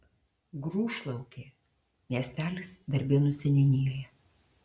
grūšlaukė miestelis darbėnų seniūnijoje